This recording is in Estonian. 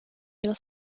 real